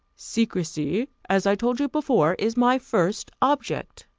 secrecy, as i told you before, is my first object.